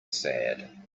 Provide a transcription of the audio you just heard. sad